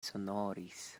sonoris